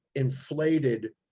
inflated,